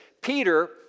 Peter